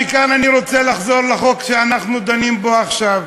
מכאן אני רוצה לחזור לחוק שאנחנו דנים בו עכשיו.